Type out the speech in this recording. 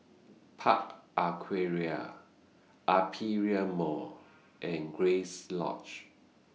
Park Aquaria Aperia Mall and Grace Lodge